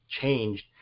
changed